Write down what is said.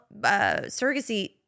surrogacy